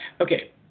Okay